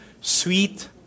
sweet